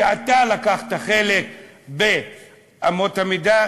שאתה לקחת חלק בקביעת אמות המידה,